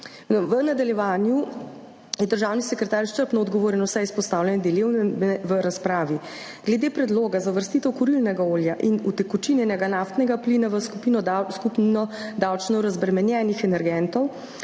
V nadaljevanju je državni sekretar izčrpno odgovoril na vse izpostavljene dileme v razpravi. Glede predloga za uvrstitev kurilnega olja in utekočinjenega naftnega plina v skupino davčno razbremenjenih energentov